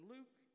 Luke